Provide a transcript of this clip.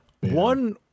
One